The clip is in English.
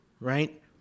right